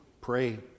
Pray